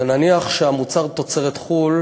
ונניח שהמוצר תוצרת חו"ל